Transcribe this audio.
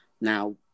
Now